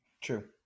True